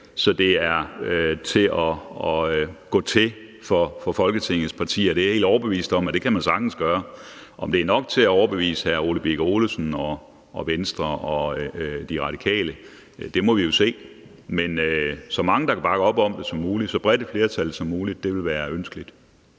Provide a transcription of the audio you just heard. så det er til at gå til for Folketingets partier. Det er jeg helt overbevist om man sagtens kan gøre. Om det er nok til at overbevise hr. Ole Birk Olesen og Venstre og De Radikale, må vi jo se, men så mange som muligt, der kan bakke op om det, så bredt et flertal som muligt ville være ønskeligt.